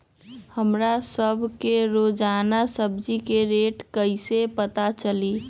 हमरा सब के रोजान सब्जी के रेट कईसे पता चली?